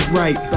right